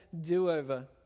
do-over